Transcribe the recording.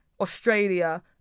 australia